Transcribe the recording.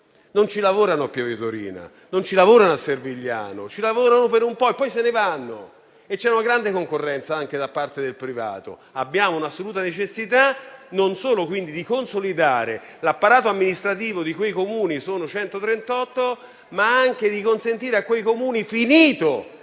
Non ci lavorano a Pieve Torina, non ci lavorano a Servigliano; ci lavorano per un po' e poi se ne vanno e grande è la concorrenza, anche da parte del privato. Abbiamo una assoluta necessità, quindi, non solo di consolidare l'apparato amministrativo di quei Comuni (sono 138), ma anche di consentire a quegli stessi Comuni,